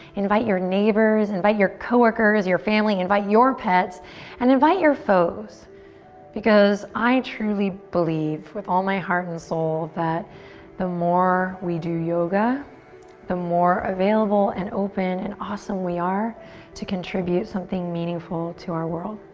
invite your neighbors, invite your coworkers, your family, invite your pets and invite your foes because i truly believe with all my heart and soul that the more we do yoga the more available and open and awesome we are to contribute something meaningful to our world.